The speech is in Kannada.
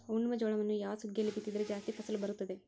ಉಣ್ಣುವ ಜೋಳವನ್ನು ಯಾವ ಸುಗ್ಗಿಯಲ್ಲಿ ಬಿತ್ತಿದರೆ ಜಾಸ್ತಿ ಫಸಲು ಬರುತ್ತದೆ?